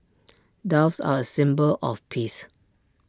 doves are A symbol of peace